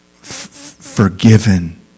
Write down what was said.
forgiven